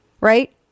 right